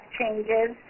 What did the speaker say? changes